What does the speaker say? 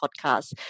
podcast